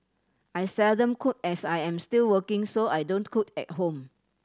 I seldom cook as I'm still working so I don't cook at home